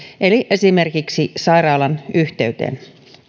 eli esimerkiksi sairaalan yhteyteen